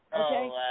okay